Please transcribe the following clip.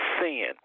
sin